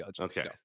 okay